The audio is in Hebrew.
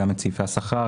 גם את סעיפי השכר,